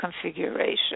configuration